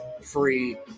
free